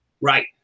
Right